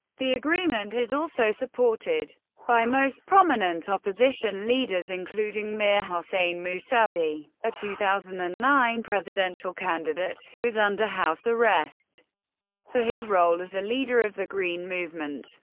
the agreement is also supported by most prominent opposition leaders, including mir-hossein mousavi, a two thousand and nine presidential candidate who is under house arrest for his role as a leader of the green movement.